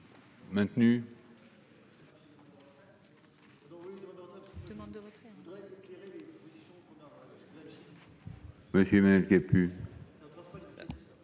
...